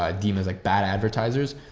ah deem as like bad advertisers,